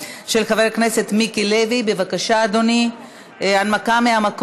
כנסת בעד, אין מתנגדים, אין נמנעים.